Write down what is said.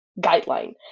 guideline